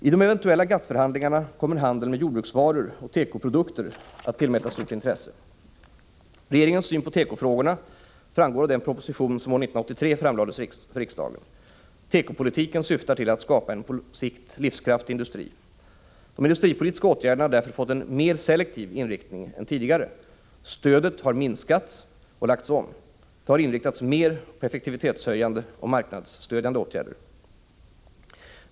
I de eventuella GATT-förhandlingarna kommer handeln med jordbruksvaror och tekoprodukter att tillmätas stort intresse. Regeringens syn på tekofrågorna framgår av den proposition som år 1983 framlades för riksdagen. Tekopolitiken syftar till att skapa en på sikt livskraftig industri. De industripolitiska åtgärderna har därför fått en mer selektiv inriktning än tidigare. Stödet har minskats och lagts om. Det har inriktats mer på effektivitetshöjande och marknadsstödjande åtgärder.